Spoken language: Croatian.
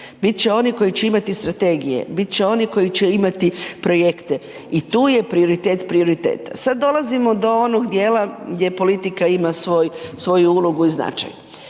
bit će oni koji će imati strategije, bit će oni koji će imati projekte i tu je prioritet prioriteta. Sada dolazimo do onog dijela gdje politika ima svoju ulogu i značaj.